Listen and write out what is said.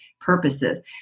purposes